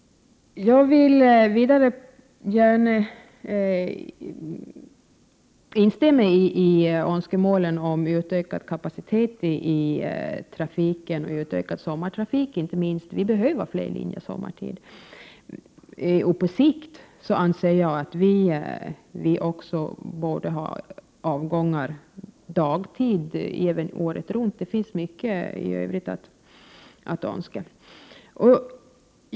Jag vill vidare gärna instämma i önskemålen om utökad kapacitet i trafiken, inte minst utökad sommartrafik — det behövs fler linjer sommartid. På sikt borde det också vara avgångar dagtid året runt. Det finns mycket i Övrigt att önska.